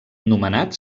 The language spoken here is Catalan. nomenat